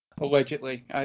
Allegedly